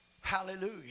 Hallelujah